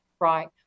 right